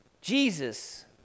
Jesus